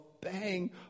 Bang